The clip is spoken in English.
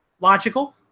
Logical